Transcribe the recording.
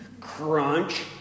Crunch